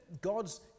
God's